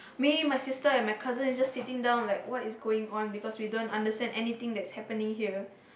me my sister and my cousin is just sitting down like what is going on because we don't understand anything that is happening here